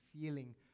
feeling